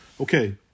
Okay